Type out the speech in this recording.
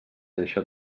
deixa